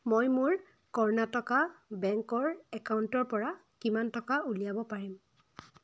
মই মোৰ কৰ্ণাটকা বেংকৰ একাউণ্টৰ পৰা কিমান টকা উলিয়াব পাৰিম